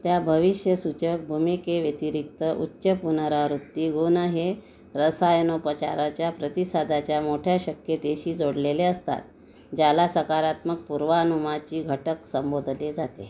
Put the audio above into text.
त्या भविष्यसूचक भूमिकेव्यतिरिक्त उच्च पुनरावृत्ती गुण हे रसायनोपचाराच्या प्रतिसादाच्या मोठ्या शक्यतेशी जोडलेले असतात ज्याला सकारात्मक पूर्वानुमाची घटक संबोधले जाते